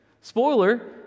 Spoiler